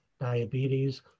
diabetes